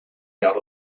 out